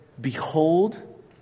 behold